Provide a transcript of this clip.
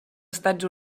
estats